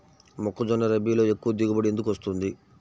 మొక్కజొన్న రబీలో ఎక్కువ దిగుబడి ఎందుకు వస్తుంది?